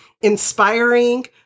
inspiring